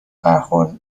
برخورد